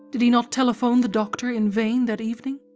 did he not telephone the doctor in vain that evening,